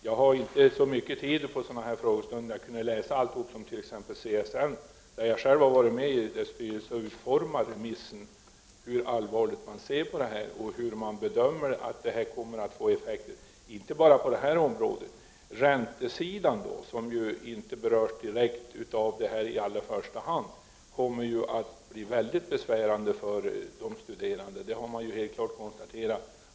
Jag har inte så mycket tid här i frågestunden, men jag skulle annars kunna läsa allt som t.ex. CSN — där jag själv har varit med i styrelsen och deltagit i utformandet av remissvaret — skriver om hur allvarligt man ser på detta och vilka effekter man bedömer att detta kommer att få på olika områden. Räntorna, som inte berörs direkt i allra första hand, kommer ju att bli mycket besvärande för de studerande. Det har man helt klart konstaterat.